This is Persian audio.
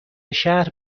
شهر